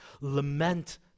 Lament